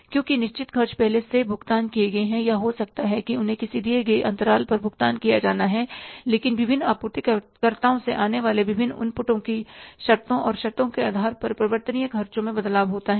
क्योंकि निश्चित खर्च पहले से भुगतान किए गए हैं या हो सकता है कि उन्हें किसी दिए गए अंतराल पर भुगतान किया जाना है लेकिन विभिन्न आपूर्तिकर्ताओं से आने वाले विभिन्न इनपुटों की शर्तों और शर्तों के आधार पर परिवर्तनीय खर्चों में बदलाव होता है